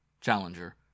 Challenger